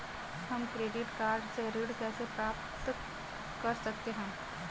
हम credit card से ऋण कैसे प्राप्त कर सकते हैं?